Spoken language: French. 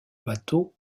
bateau